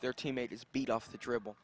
their teammate is beat off the dribble